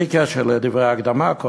בלי קשר לדברי ההקדמה.